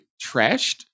trashed